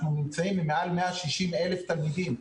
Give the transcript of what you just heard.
אנחנו נמצאים עם מעל 160,000 תלמידים,